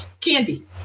candy